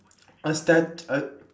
a stat~ a